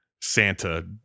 Santa